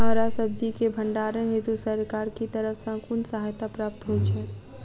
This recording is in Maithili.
हरा सब्जी केँ भण्डारण हेतु सरकार की तरफ सँ कुन सहायता प्राप्त होइ छै?